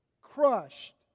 crushed